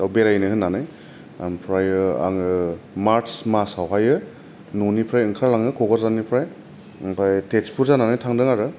आव बेरायनो होननानै आमफ्रायो आङो मार्च मासावहायो न'निफ्राय ओंखारलाङो क'क्राझारनिफ्राय ओमफाय तेजपुर जानानै थांदों आरो